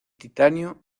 titanio